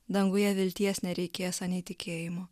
danguje vilties nereikės anei tikėjimo